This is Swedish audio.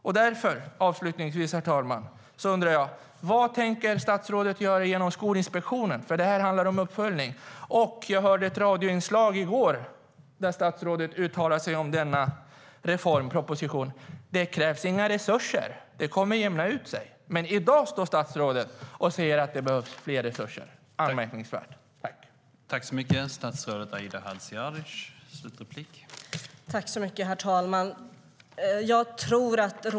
Jag hörde ett radioinslag i går då statsrådet uttalade sig om denna reform och proposition och sa att det inte krävs några resurser. Det kommer att jämna ut sig. Men i dag står statsrådet och säger att det behövs mer resurser. Det är anmärkningsvärt.